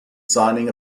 signing